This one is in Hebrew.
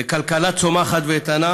לכלכלה צומחת ואיתנה,